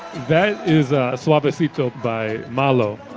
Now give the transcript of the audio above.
that is ah suavecito by malo,